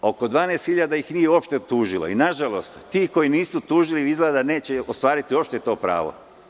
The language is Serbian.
Oko 12 hiljada ih nije uopšte tužilo i, nažalost, ti koji nisu tužili izgleda neće ostvariti uopšte to pravo.